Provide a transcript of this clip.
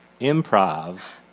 Improv